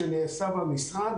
ראש אגף בחינות במשרד